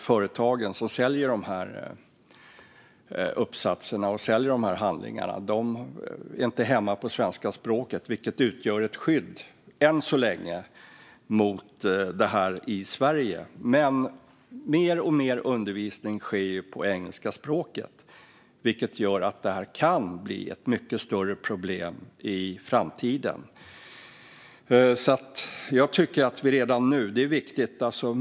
Företagen som säljer dessa uppsatser och andra handlingar är inte hemma på svenska, vilket än så länge utgör ett skydd mot detta i Sverige. Men mer och mer undervisning sker ju på engelska, vilket gör att det här kan bli ett mycket större problem i framtiden.